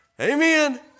Amen